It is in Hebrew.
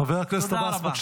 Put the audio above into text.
תודה רבה, חבר הכנסת עבאס.